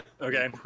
Okay